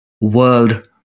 world